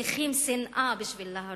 צריכים שנאה בשביל להרוג.